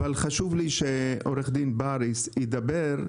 אבל חשוב לי שעורך דין בריס ידבר,